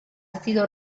sido